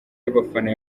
y’abafana